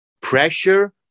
pressure